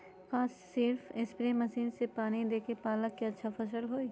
का सिर्फ spray machine से पानी देके पालक के अच्छा फसल होई?